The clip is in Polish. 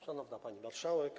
Szanowna Pani Marszałek!